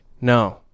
No